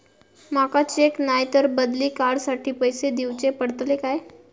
माका चेक नाय तर बदली कार्ड साठी पैसे दीवचे पडतले काय?